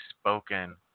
spoken